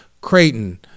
Creighton